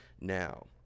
now